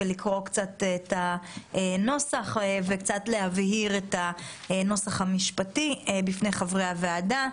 לקרוא את הנוסח וקצת להבהיר את הנוסח המשפטי בפני חברי הוועדה.